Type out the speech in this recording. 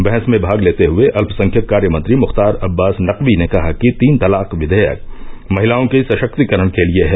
बहस में भाग लेते हुए अल्पसंख्यक कार्यमंत्री मुख्तार अब्बास नकवी ने कहा कि तीन तलाक विधेयक महिलाओं के सशक्तीकरण के लिए है